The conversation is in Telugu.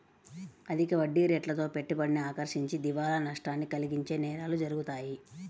అధిక వడ్డీరేట్లతో పెట్టుబడిని ఆకర్షించి దివాలా నష్టాన్ని కలిగించే నేరాలు జరుగుతాయి